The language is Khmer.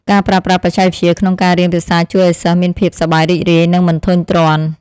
ការប្រើប្រាស់បច្ចេកវិទ្យាក្នុងការរៀនភាសាជួយឱ្យសិស្សមានភាពសប្បាយរីករាយនិងមិនធុញទ្រាន់។